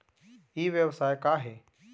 ई व्यवसाय का हे?